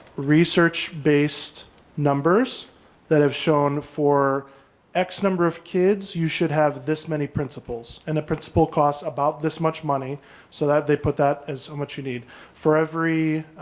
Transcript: research based on numbers that have shown for x number of kids you should have this many principals and the principal cost about this much money so that they put that as so much you need for every